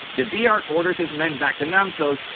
de wiart orders his men back to namsos,